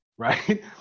right